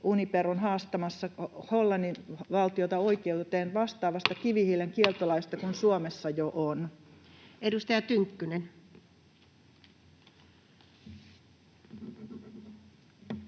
Uniper on haastamassa Hollannin valtiota oikeuteen vastaavasta kivihiilen kieltolaista kuin Suomessa jo on. Edustaja Tynkkynen.